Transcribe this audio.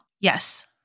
Yes